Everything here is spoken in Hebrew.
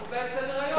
אתה קובע את סדר-היום.